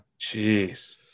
Jeez